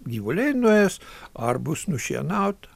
gyvuliai nuės ar bus nušienauta